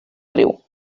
riu